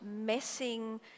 messing